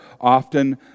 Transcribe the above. often